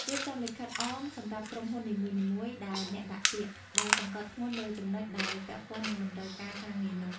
រៀបចំលិខិតអមសម្រាប់ក្រុមហ៊ុននីមួយៗដែលអ្នកដាក់ពាក្យ ដោយសង្កត់ធ្គន់លើចំណុចដែលពាក់ព័ន្ធនឹងតម្រូវការការងារនោះ។